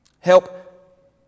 Help